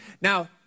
Now